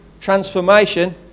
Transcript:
Transformation